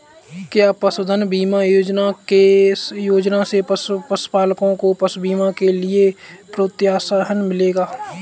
क्या पशुधन बीमा योजना से पशुपालकों को पशु बीमा के लिए प्रोत्साहन मिलेगा?